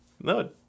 No